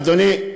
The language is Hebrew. אדוני,